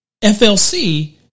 FLC